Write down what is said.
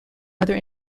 other